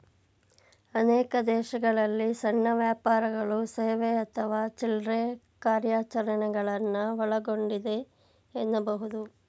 ಅನೇಕ ದೇಶಗಳಲ್ಲಿ ಸಣ್ಣ ವ್ಯಾಪಾರಗಳು ಸೇವೆ ಅಥವಾ ಚಿಲ್ರೆ ಕಾರ್ಯಾಚರಣೆಗಳನ್ನ ಒಳಗೊಂಡಿದೆ ಎನ್ನಬಹುದು